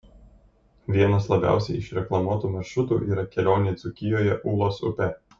vienas labiausiai išreklamuotų maršrutų yra kelionė dzūkijoje ūlos upe